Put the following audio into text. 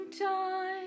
time